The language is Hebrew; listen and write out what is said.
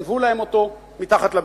גנבו להם אותו מתחת לבטן,